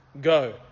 go